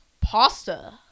pasta